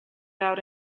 out